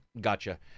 gotcha